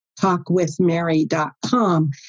talkwithmary.com